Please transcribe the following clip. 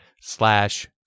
slash